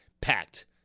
packed